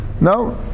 no